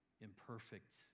Imperfect